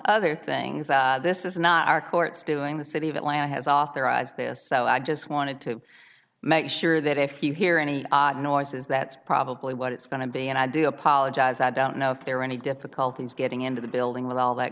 other things this is not our courts doing the city of atlanta has authorized this so i just wanted to make sure that if you hear any noises that's probably what it's going to be and i do apologize i don't know if there are any difficulties getting into the building with all that